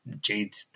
Jade